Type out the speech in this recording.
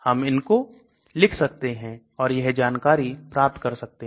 हम इनको लिख सकते हैं और यह जानकारी प्राप्त कर सकते हैं